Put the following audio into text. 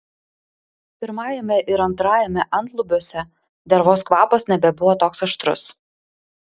pirmajame ir antrajame antlubiuose dervos kvapas nebebuvo toks aštrus